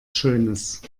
schönes